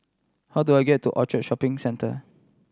how do I get to Orchard Shopping Centre